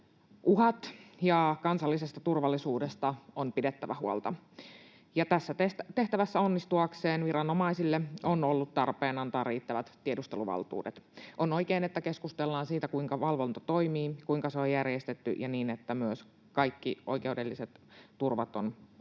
ja kansallisesta turvallisuudesta on pidettävä huolta, ja tässä tehtävässä onnistuakseen viranomaisille on ollut tarpeen antaa riittävät tiedusteluvaltuudet. On oikein, että keskustellaan siitä, kuinka valvonta toimii, kuinka se on järjestetty ja niin, että myös kaikki oikeudelliset turvat on hoidettu